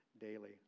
daily